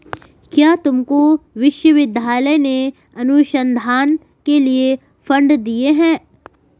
क्या तुमको विश्वविद्यालय ने अनुसंधान के लिए फंड दिए हैं?